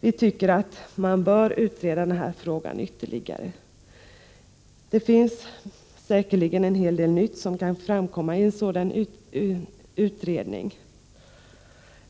Vi tycker att man bör utreda frågan ytterligare. Säkerligen kan en hel del nytt framkomma vid en sådan utredning.